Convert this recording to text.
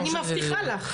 אני מבטיחה לך.